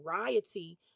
variety